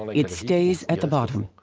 it stays at the bottom.